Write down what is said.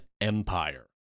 empire